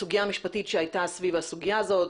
הסוגיה המשפטית שהייתה סביב הסוגיה הזאת,